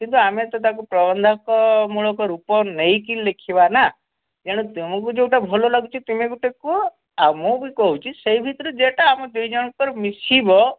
କିନ୍ତୁ ଆମେ ତ ତାକୁ ପ୍ରବନ୍ଧକ ମୂଳକ ରୂପ ନେଇକି ଲେଖିବା ନା ତେଣୁ ତୁମକୁ ଯେଉଁଟା ଭଲ ଲାଗୁଛି ତୁମେ ଗୋଟେ କୁହ ଆଉ ମୁଁ ବି କହୁଛି ସେହି ଭିତରୁ ଯେଉଁଟା ଆମ ଦୁଇ ଜଣଙ୍କର ମିଶିବ